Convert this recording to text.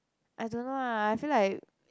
I don't know ah I feel like